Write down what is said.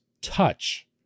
touch